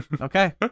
Okay